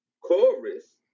chorus